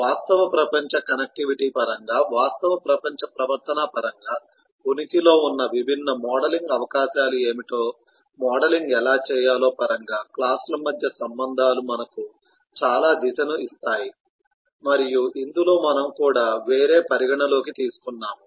వాస్తవ ప్రపంచ కనెక్టివిటీ పరంగా వాస్తవ ప్రపంచ ప్రవర్తన పరంగా ఉనికిలో ఉన్న విభిన్న మోడలింగ్ అవకాశాలు ఏమిటో మోడలింగ్ ఎలా చేయాలో పరంగా క్లాస్ ల మధ్య సంబంధాలు మనకు చాలా దిశను ఇస్తాయి మరియు ఇందులో మనము కూడా వేరే పరిగణలోకి తీసుకున్నాము